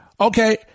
Okay